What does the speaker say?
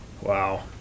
Wow